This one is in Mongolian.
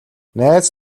найз